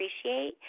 appreciate